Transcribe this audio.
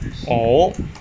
oh